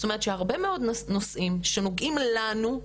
זאת אומרת הרבה מאוד נושאים שנוגעים לנו,